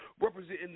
Representing